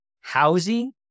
housing